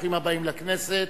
ברוכים הבאים לכנסת.